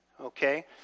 okay